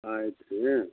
ಆಯ್ತು ರೀ